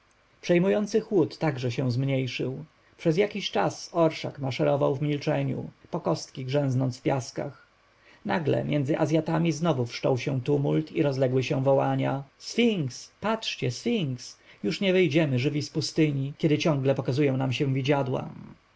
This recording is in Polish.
przejmujący chłód także się zmniejszył przez jakiś czas orszak maszerował w milczeniu po kostki grzęznąc w piaskach nagle między azjatami znowu wszczął się tumult i rozległy się wołania sfinks patrzcie sfinks już nie wyjdziemy żywi z pustyni kiedy ciągle pokazują się nam widziadła